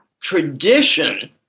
tradition